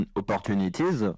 opportunities